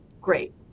great